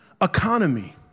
economy